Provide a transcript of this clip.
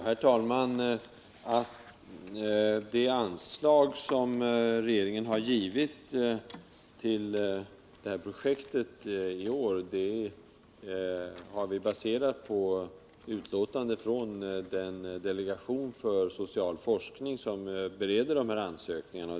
Herr talman! Det anslag som regeringen har beviljat till detta projekt i år har vi baserat på utlåtande från delegationen för social forskning, som bereder dessa ansökningar.